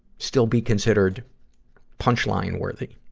still be considered punchline worthy.